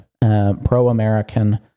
pro-American